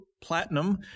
platinum